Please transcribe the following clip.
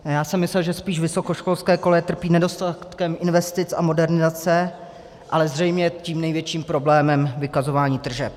A já jsem si myslel, že spíš vysokoškolské koleje trpí nedostatkem investic a modernizace, ale zřejmě tím největším problémem je vykazování tržeb.